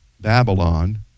Babylon